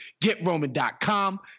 GetRoman.com